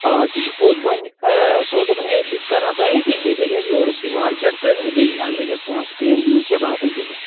آ تہِ چھُ پوٚز وۅنۍ سُہ اوس دَپان یہِ بہٕ تہِ کَرٕہا تۄہے سۭتۍ بیٚیہِ بَنہِ ہا یوٚرُک تہِ مارکیٹ تہٕ بیٚیہِ اَگرَے مےٚ پونٛسہٕ پیٚیَن دِنۍ کیٚنٛہہ بہٕ ہَسا دِمہٕ